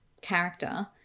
character